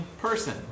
person